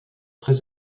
très